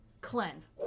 Cleanse